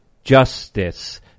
justice